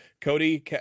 Cody